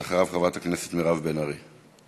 ואחריו, חברת הכנסת מירב בן ארי.